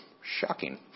Shocking